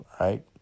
Right